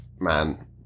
man